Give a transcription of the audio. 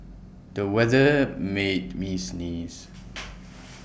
the weather made me sneeze